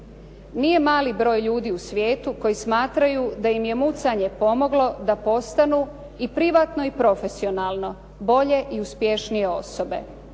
Nije mali broj ljudi u svijetu koji smatraju da im je mucanje pomoglo da postanu i privatno i profesionalno bolje i uspješnije osobe.